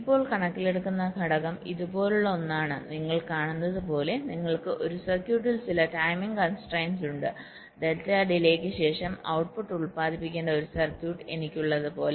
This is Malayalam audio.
ഇപ്പോൾ കണക്കിലെടുക്കുന്ന ഘടകം ഇതുപോലുള്ള ഒന്നാണ് നിങ്ങൾ കാണുന്നത് പോലെ നിങ്ങൾക്ക് ഒരു സർക്യൂട്ടിൽ ചില ടൈമിംഗ് കൺസ്ട്രയിന്റ് ഉണ്ട് ഡെൽറ്റ ഡിലെക്ക് ശേഷം ഔട്ട്പുട്ട് ഉൽപ്പാദിപ്പിക്കേണ്ട ഒരു സർക്യൂട്ട് എനിക്കുള്ളത് പോലെ